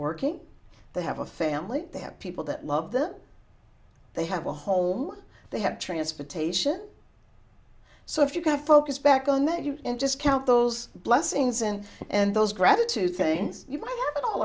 working they have a family they have people that love that they have a whole they have transportation so if you can focus back on that you in just count those blessings and and those gratitude things you might